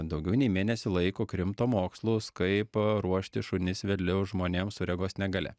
daugiau nei mėnesį laiko krimto mokslus kaip ruošti šunis vedlius žmonėm su regos negalia